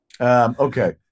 okay